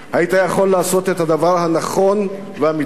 היית יכול לעשות את הדבר הנכון והמתבקש.